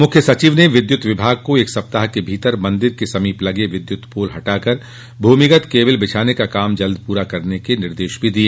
मुख्य सचिव ने विद्यत विभाग को एक सप्ताह के भीतर मंदिर के समीप लगे विद्युत पोल हटाकर भूमिगत केबल बिछाने का काम जल्द पूरा करने के निर्देश भी दिए